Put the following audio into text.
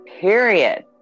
period